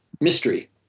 mystery